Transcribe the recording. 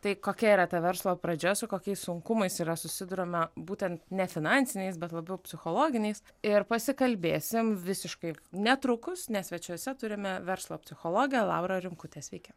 tai kokia yra ta verslo pradžia su kokiais sunkumais yra susiduriama būtent ne finansiniais bet labiau psichologiniais ir pasikalbėsim visiškai netrukus nes svečiuose turime verslo psichologę laurą rimkutę sveiki